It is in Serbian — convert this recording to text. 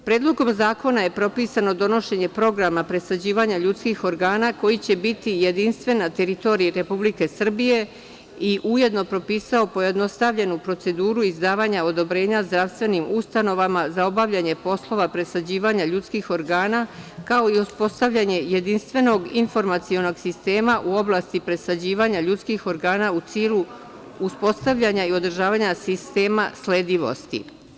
Predlogom zakona je propisano donošenje programa presađivanja ljudskih organa koji će biti jedinstven na teritoriji Republike Srbije i ujedno propisao pojednostavljenu proceduru izdavanja odobrenja zdravstvenim ustanovama za obavljanje poslova presađivanja ljudskih organa, kao i uspostavljanje jedinstvenog informacionog sistema u oblasti presađivanja ljudskih organa u cilju uspostavljanja i održavanja sistema sledljivosti.